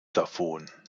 davon